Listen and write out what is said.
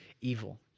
evil